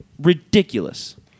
Ridiculous